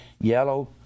yellow